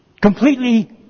completely